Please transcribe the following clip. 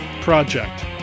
Project